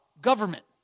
government